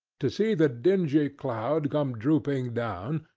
to see the dingy cloud come drooping down,